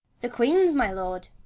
the queen's, my lord,